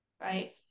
right